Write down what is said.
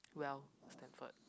well Stanford